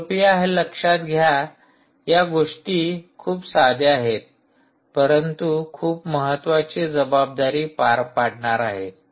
कृपया हे लक्षात घ्या या गोष्टी खूप साधे आहेत परंतु खूप महत्त्वाची जबाबदारी पार पाडणार आहेत